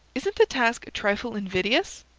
isn't the task a trifle invidious?